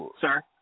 sir